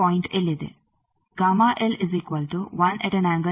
ಆದ್ದರಿಂದ ಈ ಪಾಯಿಂಟ್ ಎಲ್ಲಿದೆ